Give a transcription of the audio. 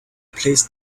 placed